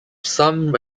some